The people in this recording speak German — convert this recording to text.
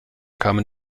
kamen